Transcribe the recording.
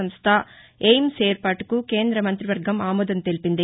సంస్ల ఎయిమ్స్ ఏర్పాటుకు కేంద్ర మంతివర్గం ఆమోదం తెలిపింది